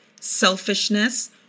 Selfishness